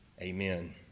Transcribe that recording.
Amen